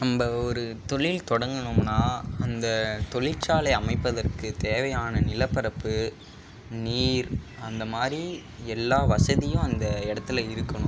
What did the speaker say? நம்ம ஒரு தொழில் தொடங்கினோம்னா அந்த தொழிற்சாலை அமைப்பதற்கு தேவையான நிலப்பரப்பு நீர் அந்த மாதிரி எல்லா வசதியும் அந்த இடத்துல இருக்கணும்